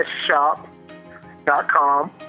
shop.com